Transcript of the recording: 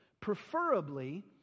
preferably